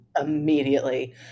Immediately